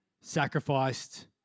sacrificed